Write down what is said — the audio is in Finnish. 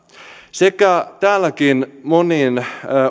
sekä täälläkin moniin